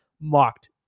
mocked